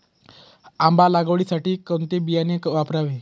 आंबा लागवडीसाठी कोणते बियाणे वापरावे?